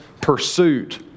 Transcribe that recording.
pursuit